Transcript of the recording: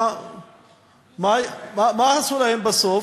מה עשו להם בסוף,